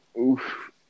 Oof